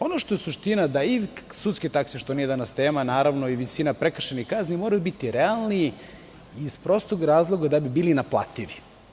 Ono što je suština, da i sudske takse, što nije danas tema, naravno, i visina prekršajnih kazni moraju biti realne, iz prostog razloga da bi bili naplativi.